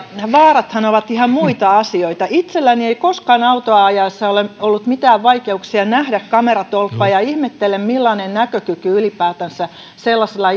vaarathan ovat ihan muita asioita itselläni ei koskaan autoa ajaessani ole ollut mitään vaikeuksia nähdä kameratolppaa ihmettelen millainen näkökyky ylipäätänsä sellaisella